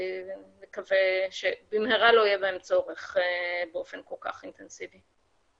נקווה שבמהרה לא יהיה בהם צורך באופן כל כך אינטנסיבי.